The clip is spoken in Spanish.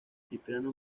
cipriano